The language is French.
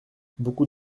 beaucoup